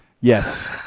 Yes